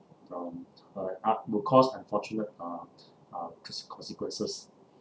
um uh ah will cause unfortunate uh uh conse~ consequences